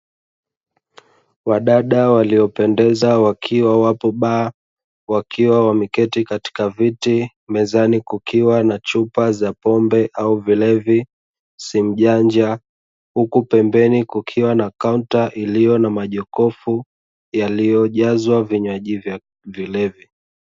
Wadada waliopendeza wakiwa wapo baa wakiwa wameketi katika viti, mezani kukiwa na chupa za pombe au vilevi, simu janja huku pembeni kukiwa na kaunta iliyo na majokofu yaliyojazwa vinywaji vya vilevi.